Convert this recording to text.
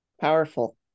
Powerful